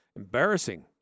Embarrassing